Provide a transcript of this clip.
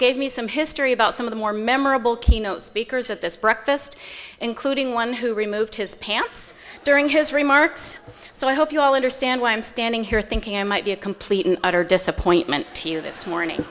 gave me some history about some of the more memorable keynote speakers at this breakfast including one who removed his pants during his remarks so i hope you all understand why i'm standing here thinking i might be a complete and utter disappointment to you this morning